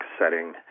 setting